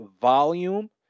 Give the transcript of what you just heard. volume